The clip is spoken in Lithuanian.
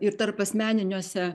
ir tarpasmeniniuose